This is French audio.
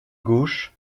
gauche